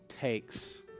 takes